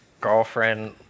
girlfriend